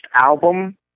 album